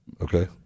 Okay